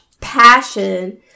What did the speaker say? passion